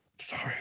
Sorry